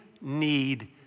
need